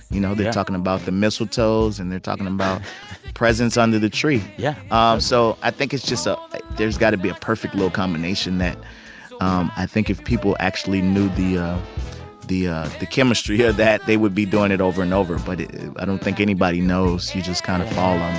you know? they're talking about the mistletoes, and they're talking about presents under the tree yeah um so i think it's just so there's got to be a perfect little combination that um i think if people actually knew ah the the chemistry yeah that they would be doing it over and over. but i don't think anybody knows. you just kind of fall